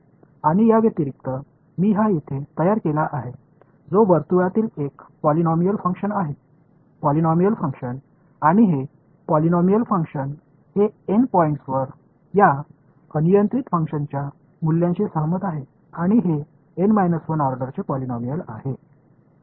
आणि या व्यतिरिक्त मी हा येथे तयार केला आहे जो वर्तुळातील एक पॉलिनॉमियल फंक्शन आहे पॉलिनॉमियल फंक्शन आणि हे पॉलिनॉमियल फंक्शन हे एन पॉईंट्सवर या अनियंत्रित फंक्शनच्या मूल्यांशी सहमत आहे आणि हे एन 1 ऑर्डरचे पॉलिनॉमियल आहे